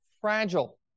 fragile